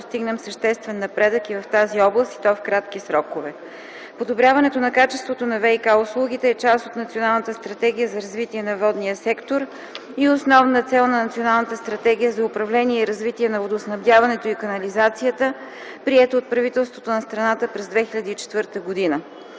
да постигнем съществен напредък в тази област, и то в кратки срокове. Подобряването на качеството на ВиК услугите е част от Националната стратегия за развитие на водния сектор и основна цел на Националната стратегия за управление и развитие на водоснабдяването и канализацията, приета от правителството на страната през 2004 г.